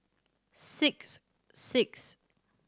six six